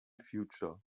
future